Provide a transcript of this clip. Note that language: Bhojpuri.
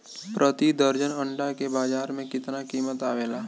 प्रति दर्जन अंडा के बाजार मे कितना कीमत आवेला?